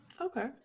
okay